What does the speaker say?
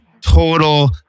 total